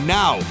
now